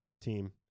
team